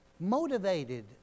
Motivated